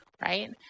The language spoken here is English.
right